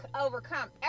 overcome